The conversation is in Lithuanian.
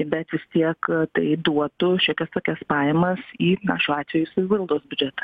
bet vis tiek tai duotų šiokias tokias pajamas į na šiuo atveju savivaldos biudžetą